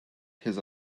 his